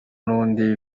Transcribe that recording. n’undi